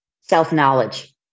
self-knowledge